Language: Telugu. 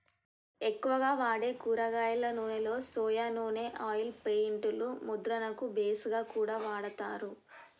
ఎక్కువగా వాడే కూరగాయల నూనెలో సొయా నూనె ఆయిల్ పెయింట్ లు ముద్రణకు బేస్ గా కూడా వాడతారు